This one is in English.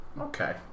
Okay